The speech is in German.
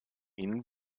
ihn